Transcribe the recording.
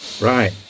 Right